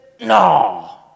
no